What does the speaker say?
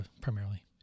primarily